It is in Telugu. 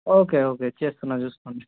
ఓకే ఓకే చేస్తున్నా చూసుకోండి